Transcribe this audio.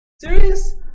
serious